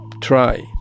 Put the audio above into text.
try